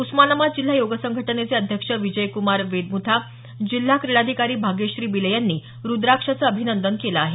उस्मानाबाद जिल्हा योग संघटनेचे अध्यक्ष विजयक्रमार बेदम्था जिल्हा क्रीडाधिकारी भाग्यश्री बिले यांनी रुद्राक्षचं अभिनदन केलं आहे